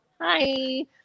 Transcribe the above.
Hi